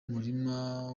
murima